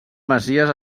messies